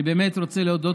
אני רוצה להודות,